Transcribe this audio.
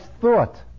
thought